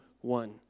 one